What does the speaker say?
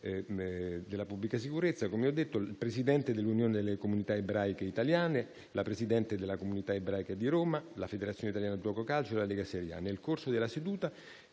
della pubblica sicurezza, il Presidente dell'Unione delle comunità ebraiche italiane, la Presidente della Comunità ebraica di Roma, la Federazione italiana gioco calcio, la Lega serie A. Nel corso della seduta